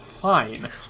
Fine